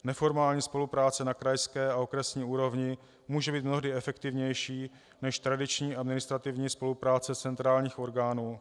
Neformální spolupráce na krajské a okresní úrovni může být mnohdy efektivnější než tradiční administrativní spolupráce centrálních orgánů.